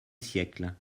siècle